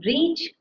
Reach